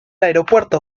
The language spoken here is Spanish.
aeropuerto